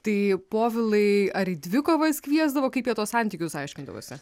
tai povilai ar į dvikovas kviesdavo kaip jie tuos santykius aiškindavosi